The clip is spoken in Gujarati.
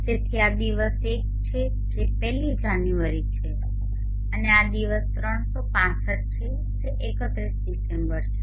તેથી આ દિવસ 1 છે જે 1લી જાન્યુઆરીછે અને આ દિવસ 365 છે જે 31 ડિસેમ્બર છે